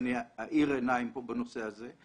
ואני אאיר עיניים פה בנושא הזה.